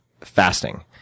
fasting